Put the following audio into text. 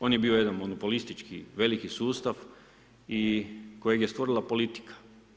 On je bio jedan monopolistički veliki sustav kojeg je stvorila politika.